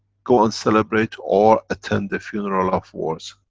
go and celebrate or attend the funeral of wars.